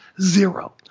zero